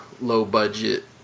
low-budget